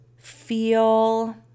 feel